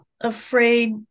afraid